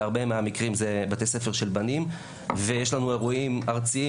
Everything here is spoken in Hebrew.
בהרבה מהמקרים זה בתי ספר של בנים ויש לנו אירועים ארציים,